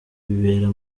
bibera